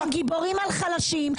אתם גיבורים על חלשים.